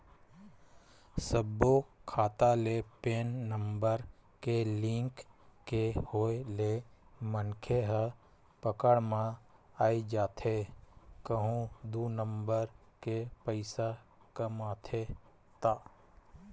सब्बो खाता ले पेन नंबर के लिंक के होय ले मनखे ह पकड़ म आई जाथे कहूं दू नंबर के पइसा कमाथे ता